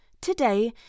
today